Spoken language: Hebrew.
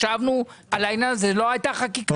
ישבנו על העניין הזה, ולא הייתה חקיקת בזק.